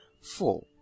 Four